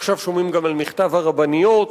ועכשיו שומעים גם על מכתב הרבניות,